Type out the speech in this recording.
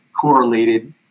correlated